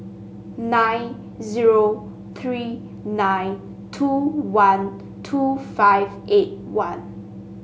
nine zero three nine two one two five eight one